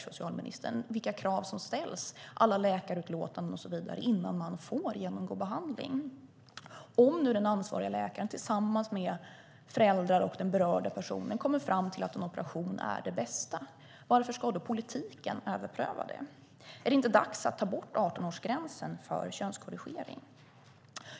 Socialministern vet säkert vilka krav som ställs, med alla läkarutlåtanden och så vidare, innan man får genomgå behandling. Om den ansvariga läkaren tillsammans med föräldrar och den berörda personen kommer fram till att en operation är det bästa, varför ska då politiken överpröva det? Är det inte dags att ta bort 18-årsgränsen för könskorrigering?